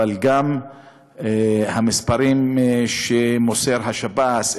אבל גם המספרים שמוסר השב"ס,